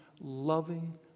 loving